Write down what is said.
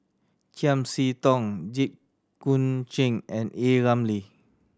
Chiam See Tong Jit Koon Ch'ng and A Ramli